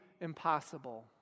impossible